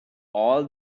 all